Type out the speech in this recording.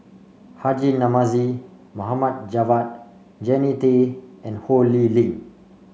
Haji Namazie Mohd Javad Jannie Tay and Ho Lee Ling